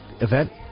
event